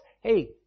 Hey